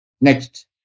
Next